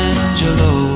Angelo